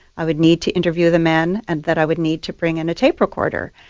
i would need to interview the men and that i would need to bring in a tape recorder.